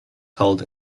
held